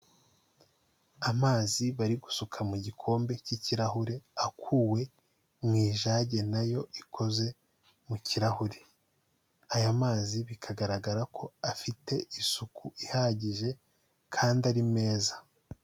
Amazi bari gusuka mu gikombe cy'ikirahure akuwe mu ijage na yo ikoze mu kirahure. Aya mazi bikagaragara ko afite isuku ihagije kandi ari meza.